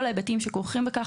כל ההיבטים שכרוכים בכך,